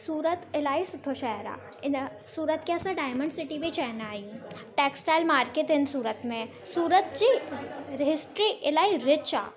सूरत इलाही सुठो शहरु आहे इन सूरत खे असां डायमंड सिटी बि चवंदा आहियूं टेक्स्टाइल मार्केट आहिनि सूरत में सूरत जी हिस्ट्री इलाही रिच आहे